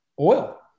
oil